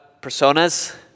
personas